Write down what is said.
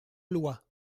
loi